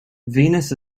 venus